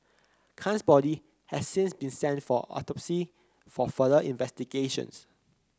Khan's body has since been sent for autopsy for further investigations